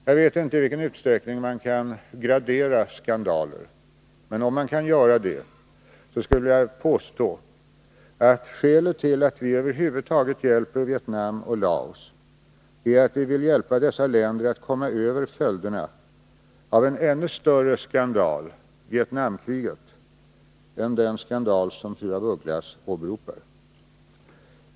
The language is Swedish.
Jag vet inte i vilken utsträckning man kan gradera skandaler, men om man kan göra det skulle jag vilja påstå att skälet till att vi över huvud taget hjälper Vietnam och Laos är att vi vill hjälpa dessa länder att komma över följderna av en ännu större skandal, Vietnamkriget, än den skandal som fru af Ugglas åberopar.